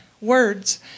Words